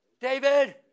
David